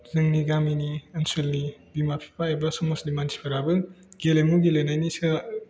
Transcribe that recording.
जोंनि गामिनि ओनसोलनि बिमा बिफा एबा समाजनि मानसिफोराबो गेलेमु गेलेनायनि सायाव